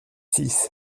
six